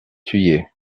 thueyts